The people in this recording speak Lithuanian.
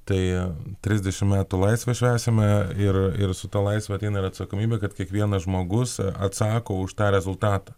tai trisdešim metų laisvę švęsime ir ir su ta laisve ateina ir atsakomybė kad kiekvienas žmogus atsako už tą rezultatą